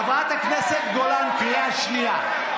חברת הכנסת גולן, קריאה שנייה.